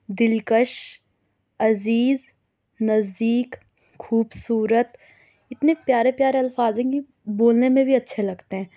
دِلکش عزیز نزدیک خوبصورت اتنے پیارے پیارے الفاظ ہیں کہ بولنے میں بھی اچھے لگتے ہیں